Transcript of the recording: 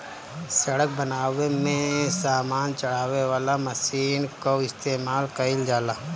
सड़क बनावे में सामान चढ़ावे वाला मशीन कअ इस्तेमाल कइल जाला